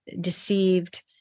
deceived